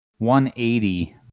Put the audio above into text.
$180